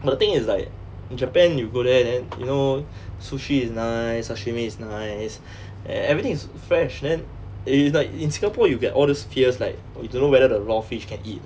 but the thing is like japan you go there then you know sushi is nice sashimi is nice and everything is fresh then it's it's like in singapore you get all those fears like [what] you don't know whether the raw fish can eat or not